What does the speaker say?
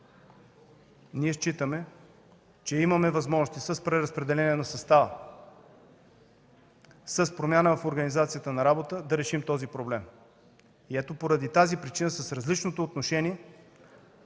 Ние считаме, че имаме възможности с преразпределение на състава, с промяна в организацията на работа да решим този проблем. Ето поради тази причина с различното отношение